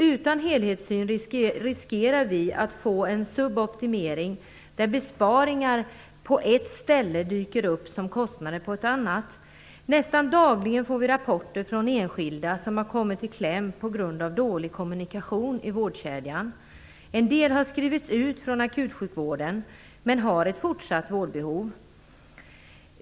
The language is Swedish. Utan helhetssyn riskerar vi att få en suboptimering, där besparingar på ett ställe dyker upp som kostnader på ett annat. Nästan dagligen får vi rapporter från enskilda som har kommit i kläm på grund av dålig kommunikation i vårdkedjan. En del har skrivits ut från akutsjukvården även om de har ett fortsatt vårdbehov.